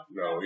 no